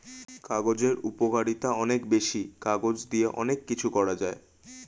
কাগজের উপকারিতা অনেক বেশি, কাগজ দিয়ে অনেক কিছু করা যায়